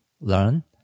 learn